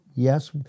Yes